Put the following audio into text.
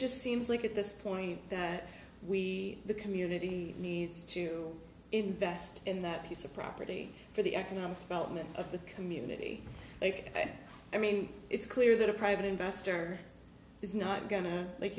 just seems like at this point that we the community needs to invest in that piece of property for the economic development of the community like that i mean it's clear that a private investor is not going to like